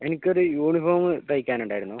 എനിക്കൊരു യൂണിഫോമ് തയ്യ്ക്കാൻ ഉണ്ടായിരുന്നു